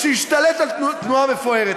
שהשתלט על תנועה מפוארת.